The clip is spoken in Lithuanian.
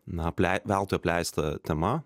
na veltui apleista tema